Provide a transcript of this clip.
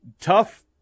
tough